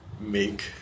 make